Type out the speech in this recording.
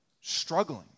struggling